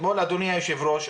אדוני היושב-ראש,